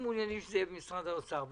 מעוניינים שהיא תהיה במשרד האוצר.